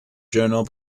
journal